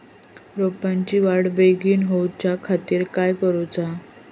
रोपाची वाढ बिगीन जाऊच्या खातीर काय करुचा?